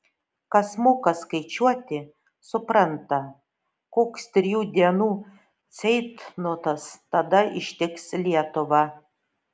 kas moka skaičiuoti supranta koks trijų dienų ceitnotas tada ištiks lietuvą